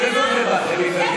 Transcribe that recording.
להגיע לכנסת להכשיר עבריין?